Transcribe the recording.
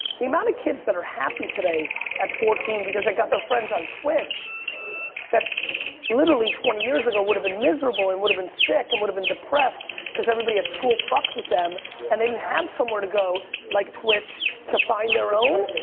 the amount of kids that are happy today at fourteen because they got their friends on twitch that literally twenty years ago would've been miserable and would've been sick and would've been depressed cause everybody at school fucked with them and they didn't have somewhere to go like twitch to find their own.